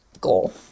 goal